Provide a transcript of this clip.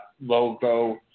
logo